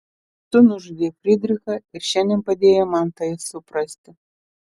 tu nužudei frydrichą ir šiandien padėjai man tai suprasti